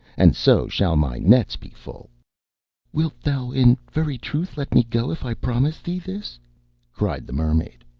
and so shall my nets be full wilt thou in very truth let me go, if i promise thee this cried the mermaid.